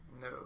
No